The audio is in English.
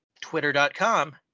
twitter.com